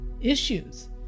issues